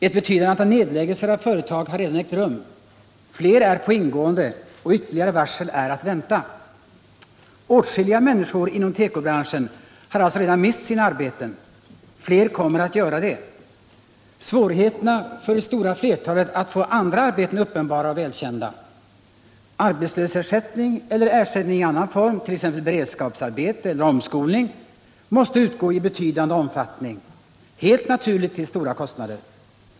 Ett betydande antal nedläggningar av företag har redan ägt rum, flera är på ingående och ytterligare varsel är att vänta. Åtskilliga människor inom tekobranschen har alltså redan mist sina arbeten. Fler kommer att göra det. Svårigheterna för det stora flertalet att få andra arbeten är uppenbara och välkända. Arbetslöshetsersättning eller ersättning i annan form, t.ex. för beredskapsarbete eller för omskolning, måste utgå i betydande omfattning, helt naturligt till stora kostnader.